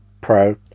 Pro